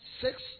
six